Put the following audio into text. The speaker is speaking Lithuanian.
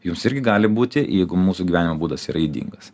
jums irgi gali būti jeigu mūsų gyvenimo būdas yra ydingas